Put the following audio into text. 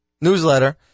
newsletter